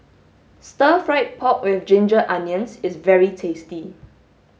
stir fried pork with ginger onions is very tasty